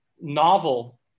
novel